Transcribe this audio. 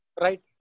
Right